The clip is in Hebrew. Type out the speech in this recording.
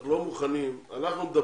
אנחנו לא מוכנים אנחנו מדברים,